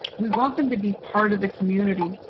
we want them to be part of the community.